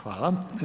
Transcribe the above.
Hvala.